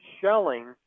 shelling